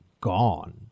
gone